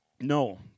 No